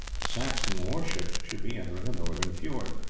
saxon warships should be entering a northern fiord.